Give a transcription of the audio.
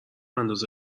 انداز